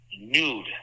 nude